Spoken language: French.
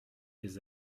des